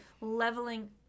leveling